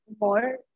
more